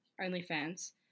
OnlyFans